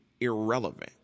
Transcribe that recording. irrelevant